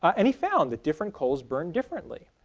and he found that different coals burned differently.